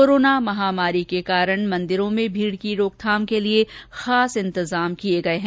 corona महामारी के कारण मंदिरों में भीड़ की रोकथाम के लिए भी खास इंतजाम किये गये हैं